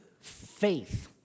faith